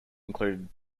included